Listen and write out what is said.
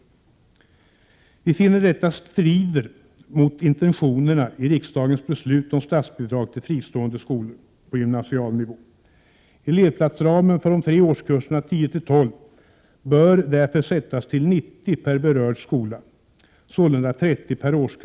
Vi finner att detta strider mot intentionerna i riksdagens beslut om statsbidrag till fristående skolor på gymnasial nivå. Elevplatsramen för de tre årskurserna 10-12 bör därför sättas till 90 per berörd skola, sålunda 30 per årskurs. — Prot.